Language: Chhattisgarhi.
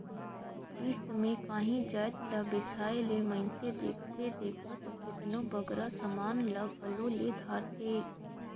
किस्त में कांही जाएत ला बेसाए ले मइनसे देखथे देखत केतनों बगरा समान ल घलो ले धारथे